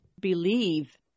believe